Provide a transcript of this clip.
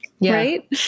right